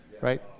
Right